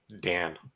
Dan